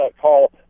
call